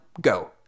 go